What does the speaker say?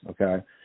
Okay